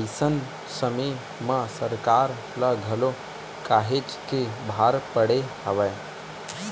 अइसन समे म सरकार ल घलो काहेच के भार पड़े हवय